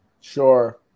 Sure